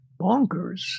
Bonkers